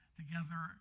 together